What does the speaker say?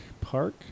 Park